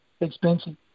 expensive